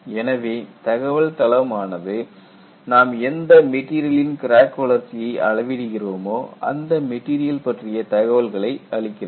எனவே தகவல்தளம் ஆனது நாம் எந்த மெட்டீரியல் இன் கிராக் வளர்ச்சியை அள விடுகிறோமோ அந்த மெட்டீரியல் பற்றிய தகவல்களை அளிக்கிறது